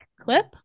clip